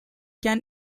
can